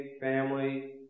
family